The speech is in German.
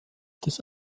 des